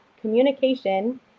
communication